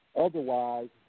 Otherwise